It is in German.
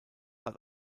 hat